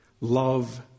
love